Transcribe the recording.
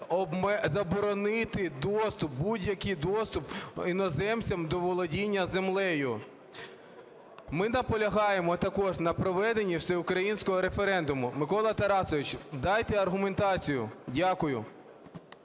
заборонити доступ, будь-який доступ іноземцям до володіння землею. Ми наполягаємо також на проведенні всеукраїнського референдуму. Микола Тарасович, дайте аргументацію. Дякую.